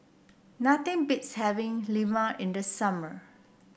nothing beats having Lemang in the summer